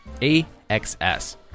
AXS